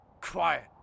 quiet